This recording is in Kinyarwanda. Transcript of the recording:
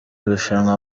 irushanwa